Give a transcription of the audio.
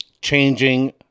changing